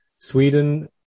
Sweden